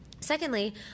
Secondly